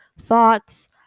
thoughts